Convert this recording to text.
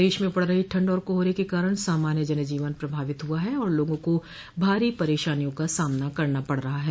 प्रदेश में पड़ रही ठंड और कोहरे के कारण जन जीवन प्रभावित हुआ है और लोगों को भारी परेशानियों का सामना करना पड़ रहा है